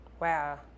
Wow